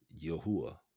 Yahuwah